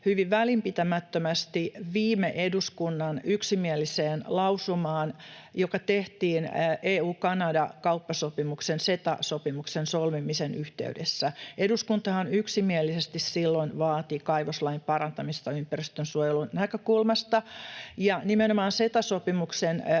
hyvin välinpitämättömästi viime eduskunnan yksimieliseen lausumaan, joka tehtiin EU—Kanada-kauppasopimuksen, CETA-sopimuksen, solmimisen yhteydessä. Eduskuntahan yksimielisesti silloin vaati kaivoslain parantamista ympäristönsuojelun näkökulmasta. Ja nimenomaan CETA-sopimuksen